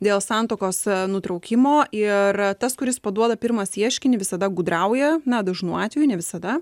dėl santuokos nutraukimo ir tas kuris paduoda pirmas ieškinį visada gudrauja na dažnu atveju ne visada